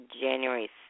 January